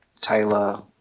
Taylor